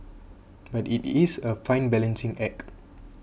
but it is a fine balancing act